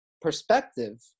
perspective